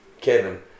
Kevin